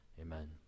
Amen